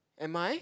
am I